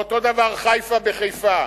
ואותו הדבר חיפה בחיפה.